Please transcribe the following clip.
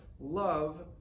Love